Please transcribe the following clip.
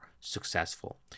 successful